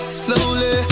slowly